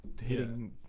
hitting